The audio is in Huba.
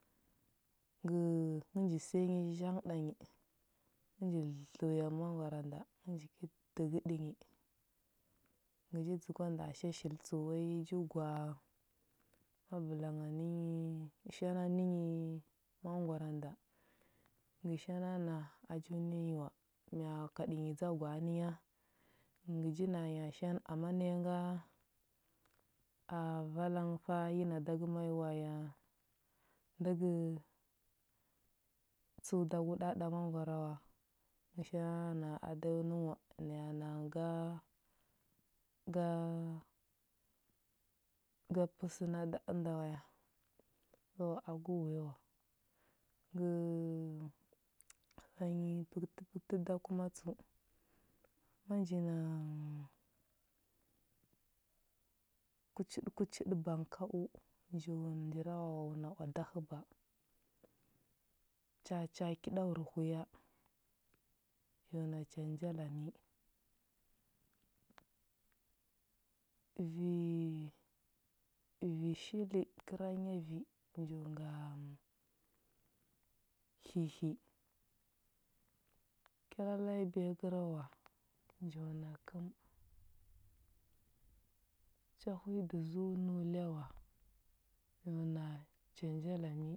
Ngə ngə nji səya yi zhang ɗanyi, ngə nji dləuya mangwara nda, ngə ji ki dəgəɗə yi. Ngə ji dzəgwa nda sha shili tsəu wai ju gwa a mabəlang nə nyi shana nə yi mangwara nda. Ngə shana na a ju nə nyi wa. Mya kaɗə yi dza gwa a nə nya? Ngə ji na nya shan ama naya nga a a vala nghə fa yi na da gə ma i wa, ya ndə gə tsəu da go ɗa ɗa mangwara wa? Ngə ja na a da yo nə nghə wa. Naya na nghə ga ga ga pə səna da ənda wa ya. So agu wuya wa, ngə vanyi pəkətəpəkətə da kuma tsəu, ma nji na kuchiɗəkuchiɗə bang ka u: njirawawa a o na oada həba. Chachaa kiɗa wur hya: njo na chanjalami. Vi vi shili kəra nyavi: nju nga hihi. Kyalalai biya kəra wua: njo na kəm. Chahu i dəzəu nəu lya wua:njo na chanjalami